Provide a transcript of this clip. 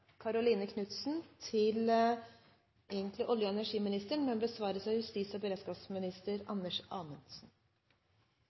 Karoline Knutsen og Anna Ljunggren til olje- og energiministeren, vil bli besvart av justis- og